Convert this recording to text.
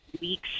weeks